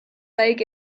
leg